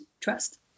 Trust